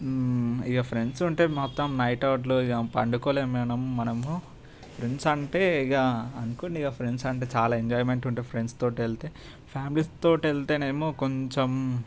ఇక ఫ్రెండ్స్ ఉంటే మొత్తం నైట్ అవుట్లు పండుకోలే మేడం మనము ఫ్రెండ్స్ అంటే ఇక అనుకోండి ఇంకా ఫ్రెండ్స్ అంటే చాలా ఎంజాయ్మెంట్ ఉంటే ఫ్రెండ్స్ తోటి వెళ్తే ఫ్యామిలీస్ తోటి వెళ్తేనేమో కొంచెం